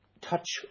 touch